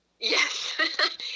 Yes